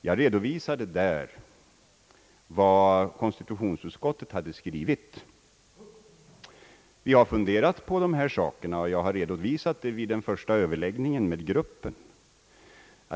Jag redovisade helt enkelt vad konstitutionsutskottet hade skrivit. Vi har funderat över dessa saker, och jag har anfört vår ståndpunkt vid den första överläggningen med gruppen.